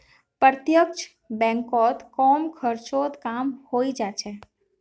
प्रत्यक्ष बैंकत कम खर्चत काम हइ जा छेक